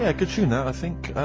ah good tune that i think,